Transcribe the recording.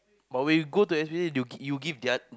but we go to S_P_C_A they will you give their